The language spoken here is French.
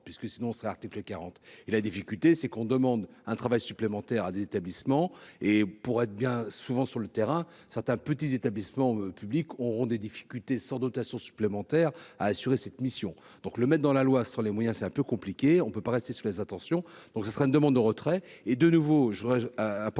puisque sinon ça article 40 et la difficulté, c'est qu'on demande un travail supplémentaire à des établissements et pourrait être bien souvent sur le terrain, certains petits établissements publics auront des difficultés sans dotation supplémentaire à assurer cette mission, donc le maître dans la loi sur les moyens, c'est un peu compliqué, on peut pas rester sur les intentions, donc ce sera une demande de retrait